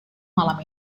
malam